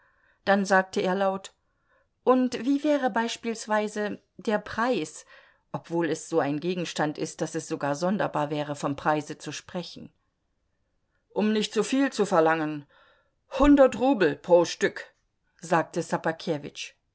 dann sagte er laut und wie wäre beispielsweise der preis obwohl es so ein gegenstand ist daß es sogar sonderbar wäre vom preise zu sprechen um nicht zuviel zu verlangen hundert rubel pro stück sagte